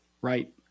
Right